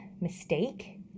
mistake